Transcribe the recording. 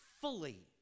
fully